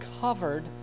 covered